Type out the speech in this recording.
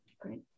Great